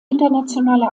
internationale